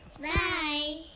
Bye